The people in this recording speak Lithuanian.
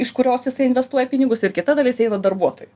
iš kurios jisai investuoja pinigus ir kita dalis eina darbuotojui